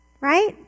right